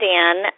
Dan